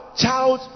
child